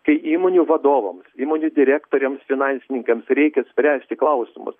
kai įmonių vadovams įmonių direktoriams finansininkams reikia spręsti klausimus